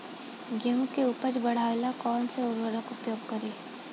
गेहूँ के उपज बढ़ावेला कौन सा उर्वरक उपयोग करीं?